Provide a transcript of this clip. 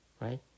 right